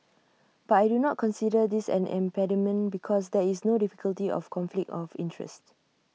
but I do not consider this an impediment because there is no difficulty of conflict of interest